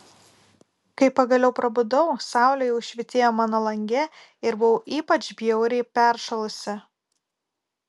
kai pagaliau prabudau saulė jau švytėjo mano lange ir buvau ypač bjauriai peršalusi